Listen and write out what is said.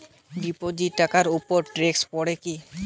Deposit টাকার উপর tax পড়ে কি?